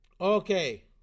Okay